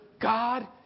God